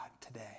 today